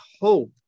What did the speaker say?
hope